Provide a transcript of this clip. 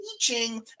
teaching